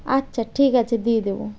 আচ্ছা ঠিক আছে দিয়ে দেবো